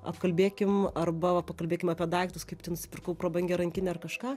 apkalbėkim arba pakalbėkim apie daiktus kaip nusipirkau prabangią rankinę ar kažką